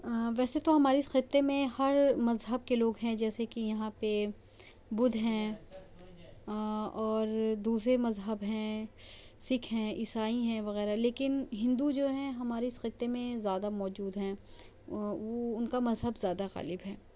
ویسے تو ہمارے اس خطے میں ہر مذہب کے لوگ ہیں جیسے کہ یہاں پہ بودھ ہیں اور دوسرے مذہب ہیں سکھ ہیں عیسائی ہیں وغیرہ لیکن ہندو جو ہیں ہمارے اس خطے میں زیادہ موجود ہیں وہ ان کا مذہب زیادہ غالب ہے